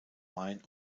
main